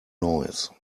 noise